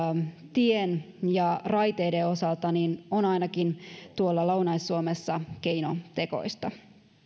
tien ja raiteiden osalta on ainakin lounais suomessa keinotekoista